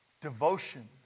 Devotion